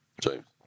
James